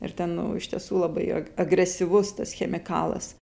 ir ten nu iš tiesų labai ag agresyvus tas chemikalas